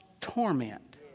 torment